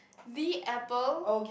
the apple